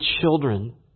children